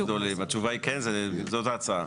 קלעת לדעת גדולים, התשובה היא כן, זאת ההצעה.